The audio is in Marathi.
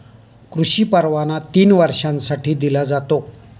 कृषी परवाना तीन वर्षांसाठी दिला जातो